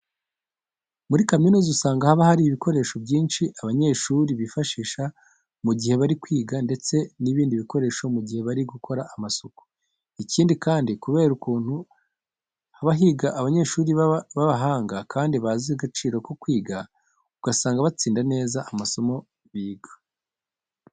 Muri kaminuza usanga haba hari ibikoresho byinshi abanyeshuri bifashisha mu gihe bari kwiga ndetse n'ibindi bakoresha mu gihe bari gukora amasuku. Ikindi kandi kubera ukuntu haba higa abanyeshuri b'abahanga kandi bazi agaciro ko kwiga, usanga batsinda neza amasomo biga.